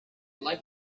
like